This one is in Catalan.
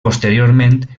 posteriorment